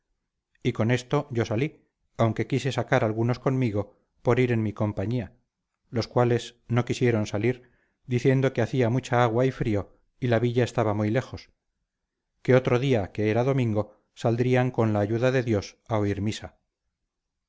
y con esto yo salí aunque quise sacar algunos conmigo por ir en mi compañía los cuales no quisieron salir diciendo que hacía mucha agua y frío y la villa estaba muy lejos que otro día que era domingo saldrían con la ayuda de dios a oír misa